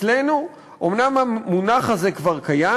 אצלנו אומנם המונח הזה כבר קיים,